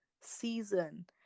season